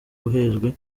uhejwe